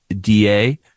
DA